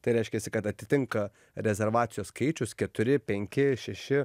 tai reiškiasi kad atitinka rezervacijų skaičius keturi penki šeši